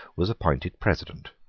was appointed president.